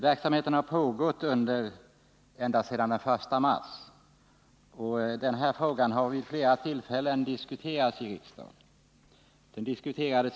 Verksamheten har pågått ända sedan den 1 mars, och dessutom har det här problemet vid flera tillfällen diskuterats i riksdagen —bl.a.